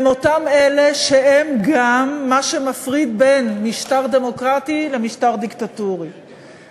הם אותם אלה שהם גם מה שמפריד בין משטר דמוקרטי למשטר דיקטטורי,